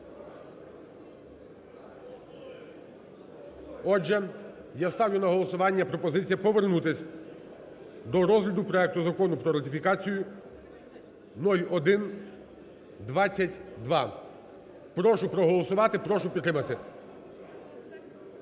Отже, я ставлю на голосування пропозицію повернутись до розгляду проекту Закону про ратифікацію 0122. Прошу проголосувати, прошу підтримати.